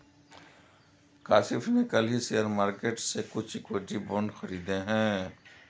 काशिफ़ ने कल ही शेयर मार्केट से कुछ इक्विटी बांड खरीदे है